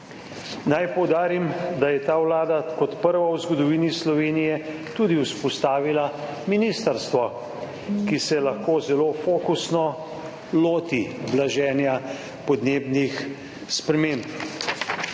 Naj poudarim, da je ta vlada kot prva v zgodovini Slovenije vzpostavila tudi ministrstvo, ki se lahko zelo fokusno loti blaženja podnebnih sprememb.